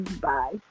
Bye